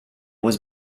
was